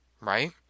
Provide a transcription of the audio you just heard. right